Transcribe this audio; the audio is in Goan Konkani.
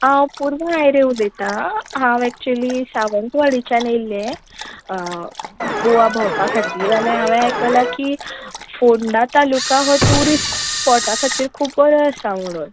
हांव पुर्वी हेडे उलयतां हांव एक्च्युली सावंतवाडीच्यान येल्लें गोवा भोंवपा खातीर आनी हांवें आयकलां की फोंडा तालुका हो ट्युरिस्ट स्पॉट आसा की खूब बरो आसा म्हणून